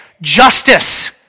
Justice